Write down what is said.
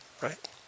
right